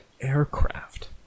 aircraft